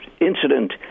incident